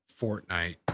Fortnite